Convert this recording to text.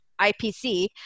IPC